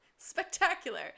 spectacular